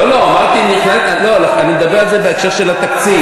לא, אני מדבר על זה בהקשר של התקציב.